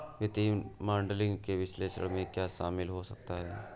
वित्तीय मॉडलिंग के विश्लेषण में क्या शामिल हो सकता है?